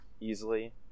easily